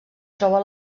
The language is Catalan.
troba